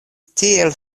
tiel